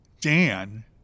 Dan